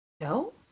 No